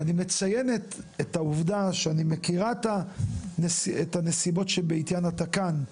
ואני מציינת את העובדה שאני מכירה את הנסיבות שבעטיין אתה כאן,